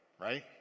Right